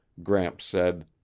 gramps said,